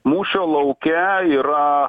mūšio lauke yra